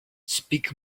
speak